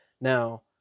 Now